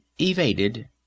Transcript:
evaded